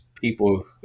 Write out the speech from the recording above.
people